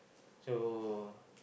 so